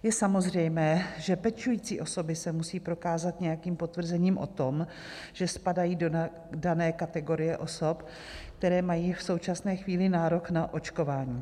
Je samozřejmě, že pečující osoby se musí prokázat nějakým potvrzením o tom, že spadají do dané kategorie osob, které mají v současné chvíli nárok na očkování.